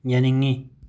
ꯌꯥꯅꯤꯡꯉꯤ